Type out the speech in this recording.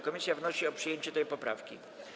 Komisja wnosi o przyjęcie tej poprawki.